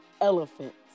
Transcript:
elephants